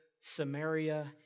Samaria